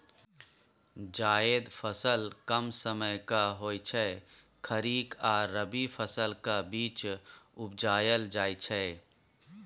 जाएद फसल कम समयक होइ छै खरीफ आ रबी फसलक बीच उपजाएल जाइ छै